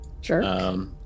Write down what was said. Sure